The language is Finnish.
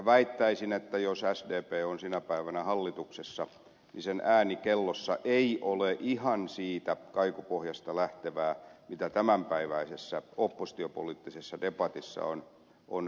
väittäisin että jos sdp on sinä päivänä hallituksessa sen ääni kellossa ei ole ihan siitä kaikupohjasta lähtevää kuin tämänpäiväisessä oppositiopoliittisessa debatissa on esille tullut